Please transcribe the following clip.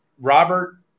Robert